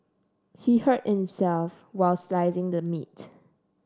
he hurt himself while slicing the meat